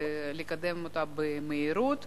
ולקדם אותה במהירות.